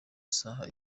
isaha